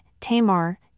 Tamar